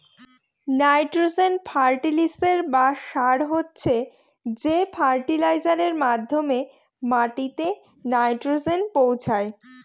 nitrogen ফার্টিলিসের বা সার হচ্ছে সে ফার্টিলাইজারের মাধ্যমে মাটিতে নাইট্রোজেন পৌঁছায়